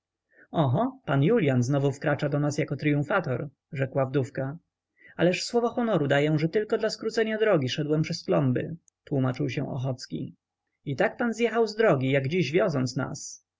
oho pan julian znowu wkracza do nas jako tryumfator rzekła wdówka ależ słowo honoru daję że tylko dla skrócenia drogi szedłem przez kląby tłómaczył się ochocki i tak pan zjechał z drogi jak dziś wioząc nas